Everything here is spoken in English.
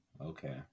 Okay